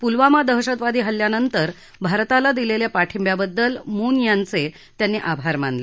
पुलवामा दहशतवादी हल्ल्यानंतर भारताला दिलेल्या पाठिंब्याबद्दल मून यांचे त्यांनी आभार मानले